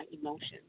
emotions